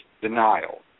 denial